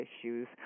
issues